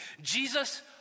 Jesus